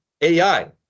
AI